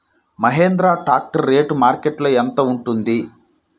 Mahindra tractor rate మార్కెట్లో యెంత ఉంటుంది?